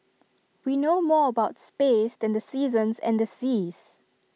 we know more about space than the seasons and the seas